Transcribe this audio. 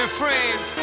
Friends